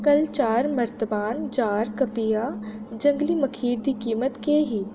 कल्ल चार मर्तबान जार कपीआ जंगली मखीरै दी कीमत केह् ही